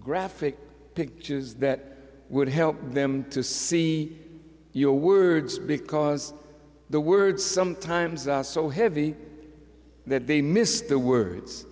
graphic pictures that would help them to see your words because the words sometimes are so heavy that they miss the words